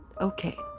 okay